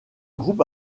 groupe